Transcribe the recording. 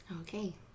Okay